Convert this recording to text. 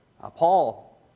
Paul